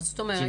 מה זאת אומרת?